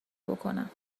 بکنم